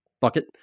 bucket